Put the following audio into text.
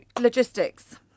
logistics